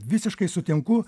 visiškai sutinku